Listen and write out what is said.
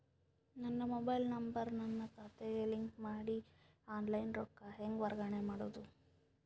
ನನ್ನ mobile number ನನ್ನ ಖಾತೆಗೆ ಲಿಂಕ್ ಮಾಡಿ ಆನ್ಲೈನ್ ರೊಕ್ಕ ಹೆಂಗ ವರ್ಗಾವಣೆ ಮಾಡೋದು?